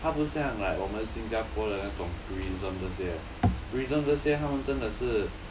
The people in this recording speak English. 它不像我们新加坡的那种 prism 这些 prism 这些他们真的是